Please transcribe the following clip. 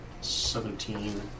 Seventeen